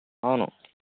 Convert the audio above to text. అవును